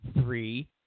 three